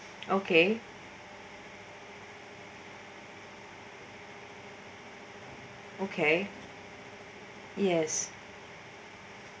okay okay yes